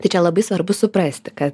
tai čia labai svarbu suprasti kad